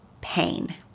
pain